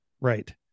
Right